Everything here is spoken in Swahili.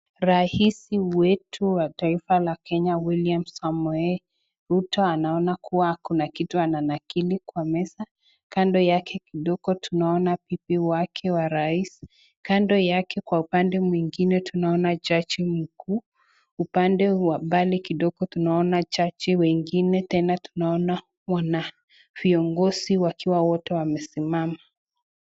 Rais wetu wa taifa ya Kenya, William Samoei Ruto anaona kuwa kuna kitu ananakiri kwa meza, kando yake kidogo tunaona bibi wake wa raisi, kando yake kwa upande mwingine tunaona jaji mkuu, upande wa mbali kidogo tunaona jaji wengine tena tunaona wana viongozi wakiwa wote wamesimama.